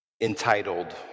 entitled